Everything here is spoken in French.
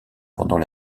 pendant